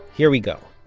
here we go.